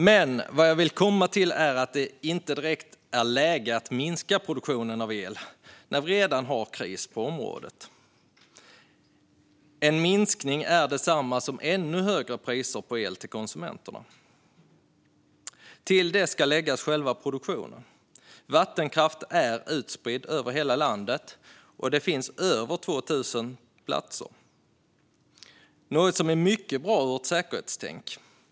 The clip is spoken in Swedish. Men vad jag vill komma till är att det inte direkt är läge att minska produktionen av el när vi redan har kris på området. En minskning är detsamma som ännu högre priser på el till konsumenterna. Till det ska läggas själva produktionen. Vattenkraften är utspridd över hela landet. Den finns på över 2 000 platser, något som är mycket bra ur ett säkerhetstänk.